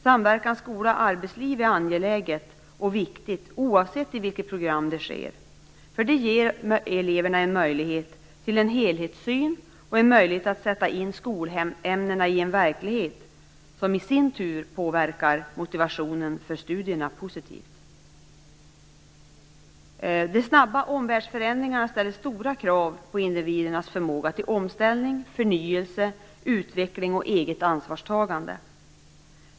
Samverkan mellan skola och arbetsliv är angeläget och viktigt oavsett i vilket program det sker, för det ger eleverna möjlighet till en helhetssyn och möjlighet att sätta in skolämnena i en verklighet som i sin tur påverkar motivationen för studierna positivt. De snabba omvärldsförändringarna ställer stora krav på individernas förmåga till omställning, förnyelse, utveckling och eget ansvarstagande.